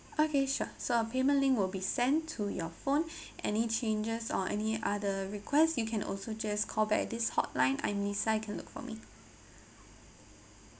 okay sure so uh payment link will be sent to your phone any changes or any other request you can also just callback this hotline I'm lisa you can look for me